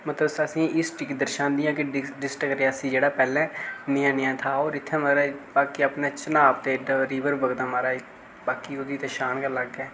मतलब असेंगी हिस्टरी गी दर्शांदियां मतलब डिस्टिक रियासी जेह्ड़ा पैह्लें नेहा नेहा था होर इत्थें महाराज अपने चनाब ते इद्धर रीवर बगदा महाराज बाकी ओह्दी ते शान गै अलग ऐ